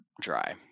dry